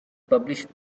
published